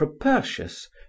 Propertius